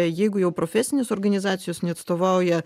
jeigu jau profesinės organizacijos neatstovauja